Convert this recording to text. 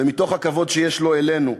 ומתוך הכבוד שיש לו אלינו: